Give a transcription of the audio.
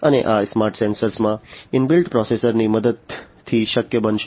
અને આ smart sensor માં ઇનબિલ્ટ પ્રોસેસરની મદદથી શક્ય બનશે